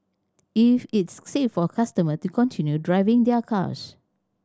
if it's safe for customer to continue driving their cars